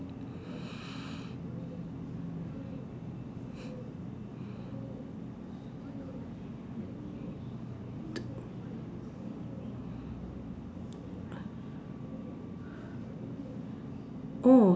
oh